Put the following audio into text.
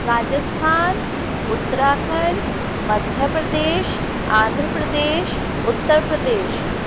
Rajasthan Uttarakhand Madhya Pradesh Andhra Pradesh Uttar Pradesh